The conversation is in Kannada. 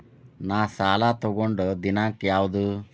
ನಾ ಸಾಲ ತಗೊಂಡು ದಿನಾಂಕ ಯಾವುದು?